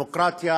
שדמוקרטיה